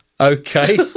okay